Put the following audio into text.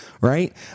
right